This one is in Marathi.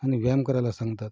आणि व्यायाम करायला सांगतात